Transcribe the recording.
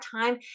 time